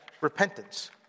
repentance